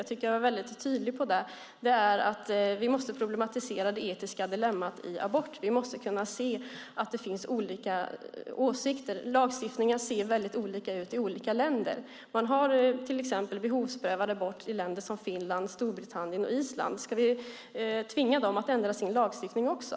Jag tyckte att jag var mycket tydlig med att vi måste problematisera det etiska dilemmat med abort. Vi måste kunna se att det finns olika åsikter. Lagstiftningen ser väldigt olika ut i olika länder. Man har behovsprövad abort i länder som Finland, Storbritannien och Island. Ska vi tvinga dem att ändra sin lagstiftning också?